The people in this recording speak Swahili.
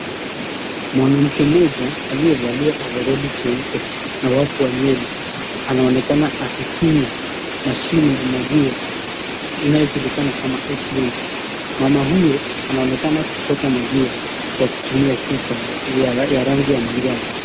Mwanamke mmoja aliyevalia ovaroli nyeupe na wavu wa nywele anaonekana kaifinya mashine ya maziwa inayojulikana kama Atm. Mama huyo anaonekana kuchota maziwa kwa kutumia chupa ya rangi ya manjano.